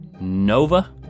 Nova